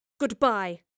Goodbye